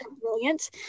brilliant